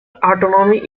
anatomy